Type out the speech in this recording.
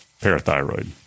parathyroid